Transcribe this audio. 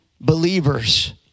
believers